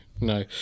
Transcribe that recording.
no